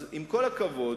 אז עם כל הכבוד,